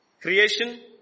Creation